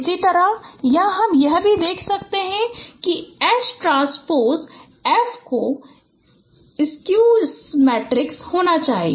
इसी तरह यहाँ भी हम देख सकते हैं कि H ट्रांन्स्पोज F को स्किव सिमेट्रिक होना चाहिए